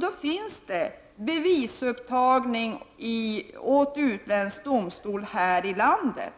Då kan bevisupptagning ske åt utländsk domstol här i landet.